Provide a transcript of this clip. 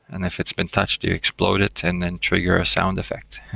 and if it's been touched, you explode it and then trigger a sound effect.